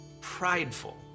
Prideful